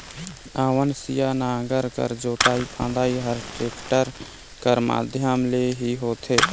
नवनसिया नांगर कर जोतई फदई हर टेक्टर कर माध्यम ले ही होथे